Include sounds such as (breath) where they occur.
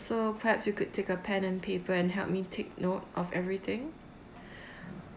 so perhaps you could take a pen and paper and help me take note of everything (breath)